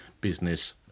business